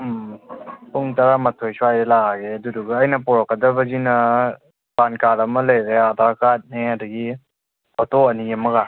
ꯎꯝ ꯄꯨꯡ ꯇꯔꯥ ꯃꯥꯊꯣꯏ ꯁ꯭ꯋꯥꯏꯗ ꯂꯥꯛꯑꯒꯦ ꯑꯗꯨꯗꯨꯒ ꯑꯩꯅ ꯄꯣꯔꯛꯀꯗꯕꯁꯤꯅ ꯄꯥꯟ ꯀꯥꯔꯠ ꯑꯃ ꯂꯩꯔꯦ ꯑꯗꯥꯔ ꯀꯥꯔꯠꯅꯦ ꯑꯗꯒꯤ ꯐꯣꯇꯣ ꯑꯅꯤ ꯑꯃꯒ